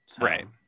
right